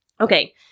Okay